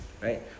Right